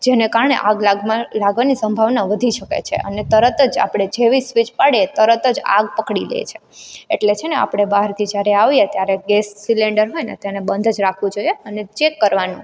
જેને કારણે આગ લાગવા લાગવાની સંભાવના વધી શકે છે અને તરત જ આપણે જેવી સ્વિચ પાડીએ તરત જ આગ પકડી લે છે એટલે છે ને આપણે બહારથી જ્યારે આવીએ ત્યારે ગેસ સિલેન્ડર હોય ને તેને બંધ જ રાખવું જોઈએ અને ચેક કરવાનું